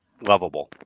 lovable